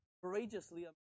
courageously